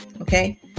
Okay